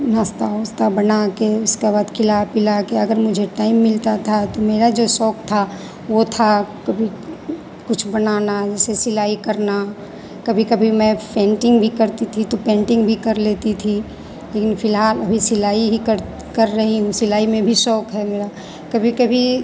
नाश्ता ओस्ता बनाकर उसके बाद खिला पिलाकर अगर मुझे टाइम मिलता था तो मेरा जो शौक़ था वह था कभी कुछ बनाना जैसे सिलाई करना कभी कभी मैं फ़ेन्टिंग भी करती थी तो पेन्टिंग भी कर लेती थी लेकिन फ़िलहाल अभी सिलाई ही कर कर रही हूँ सिलाई में भी शौक़ है मेरा कभी कभी